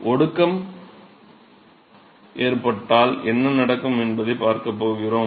ஒடுக்கம் ஏற்பட்டால் என்ன நடக்கும் என்பதை பார்க்கப் போகிறோம்